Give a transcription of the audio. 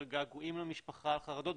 על געגועים למשפחה, על חרדות.